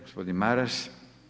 Gospodin Maras.